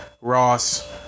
ross